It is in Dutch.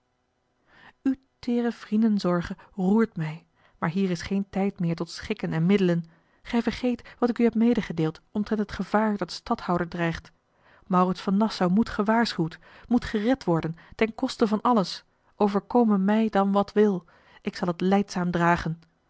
uwe teêre vriendenzorge roert mij maar hier is geen tijd meer tot schikken en middelen gij vergeet wat ik u heb medegedeeld omtrent het gevaar dat den stadhouder dreigt maurits van nassau moet gewaarschuwd moet gered worden ten koste van alles overkome mij dan wat wil ik zal het lijdzaam dragen